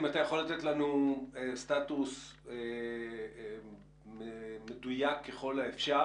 אם אתה יכול לתת לנו סטטוס מדויק ככל האפשר